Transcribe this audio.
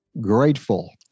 grateful